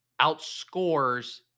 outscores